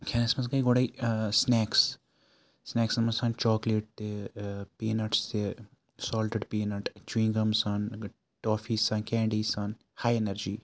کھٮ۪نَس منٛز گٔے گۄڈَے سٕنیکٕس سٕنیکسَن منٛز چھِ آسان چاکلیٹ تہِ پیٖنَٹٕس تہِ سالٹٕڈ پیٖنَٹ چُوِنٛگ گَم سان ٹافی سان کینٛڈی سان ہایی اٮ۪نَرجی